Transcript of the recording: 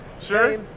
Sure